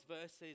verses